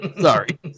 sorry